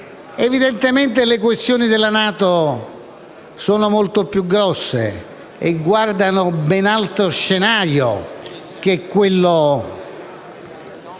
Evidentemente le questioni della NATO sono molto più grandi e guardano a ben altro scenario che a quello